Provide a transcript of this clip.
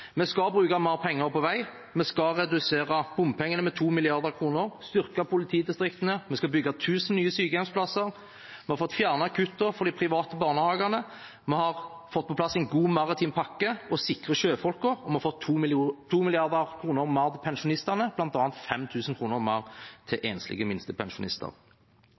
Vi skal bruke mer penger på vei, vi skal redusere bompengene med 2 mrd. kroner, vi skal styrke politidistriktene, vi skal bygge 1 000 nye sykehjemsplasser, vi har fått fjernet kuttene for de private barnehagene, vi har fått på plass en god maritim pakke for å sikre sjøfolkene, og vi har fått 2 mrd. kr mer til pensjonistene, bl.a. 5 000 kr. mer til enslige minstepensjonister.